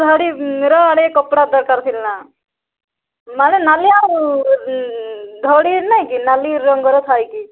ଧଡ଼ିର ଗୋଟେ କପଡ଼ା ଦରକାର ଥିଲା ମାନେ ନାଲି ଆଉ ଧଡ଼ି ନାହିଁ କି ନାଲି ରଙ୍ଗର ଥାଇକି